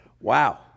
Wow